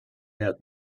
out